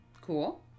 Cool